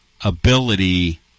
ability